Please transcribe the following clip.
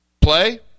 Play